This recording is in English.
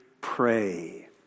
pray